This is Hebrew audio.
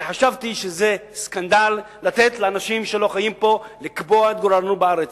כי חשבתי שזה סקנדל לתת לאנשים שלא חיים פה לקבוע את גורלנו בארץ.